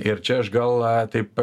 ir čia aš gal taip